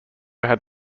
had